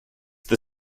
the